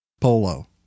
polo